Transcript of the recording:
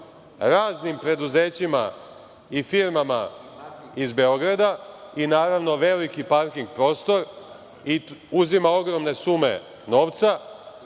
raznim preduzećima i firmama iz Beograda i, naravno, veliki parking prostor i uzimao ogromne sume novca